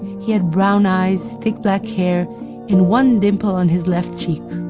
he had brown eyes, thick black hair and one dimple on his left cheek.